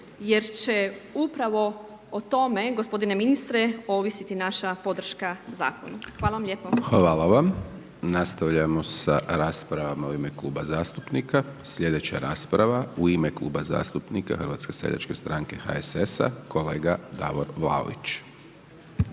jer će upravo o tome, gospodine ministre, ovisiti naša podrška zakona. Hvala vam lijepo. **Hajdaš Dončić, Siniša (SDP)** Hvala vam. Nastavljamo sa raspravama u ime kluba zastupnika. Slijedeća rasprava u ime Kluba zastupnika HSS-a, kolega Davor Vlaović.